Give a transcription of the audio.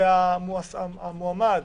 והמועמד